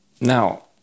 Now